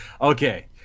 Okay